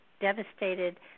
devastated